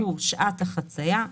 שעת החצייה,